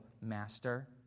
master